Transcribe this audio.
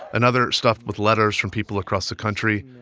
another stuffed with letters from people across the country.